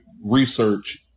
research